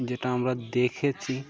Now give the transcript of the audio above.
যেটা আমরা দেখেছি